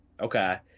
Okay